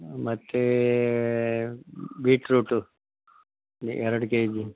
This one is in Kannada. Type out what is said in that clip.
ಮತ್ತು ಬೀಟ್ರೋಟು ಎರಡು ಕೆಜಿ